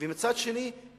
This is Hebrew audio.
ומצד שני,